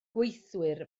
gweithwyr